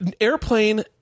Airplane